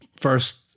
first